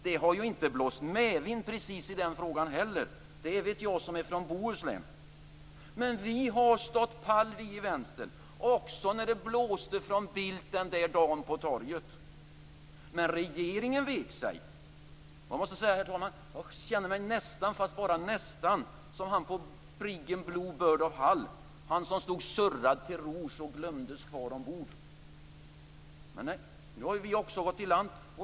Det har inte precis blåst medvind i den frågan heller. Det vet jag som är från Bohuslän. Men vi i Vänstern har stått pall, också när det blåste från Bildt den där dagen på torget. Men regeringen vek sig. Jag måste, herr talman, säga att jag nästan känner mig som han på briggen Blue Bird av Hull, han som stod surrad till rors och glömdes kvar ombord. Nåväl, nu har vi också gått i land.